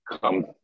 come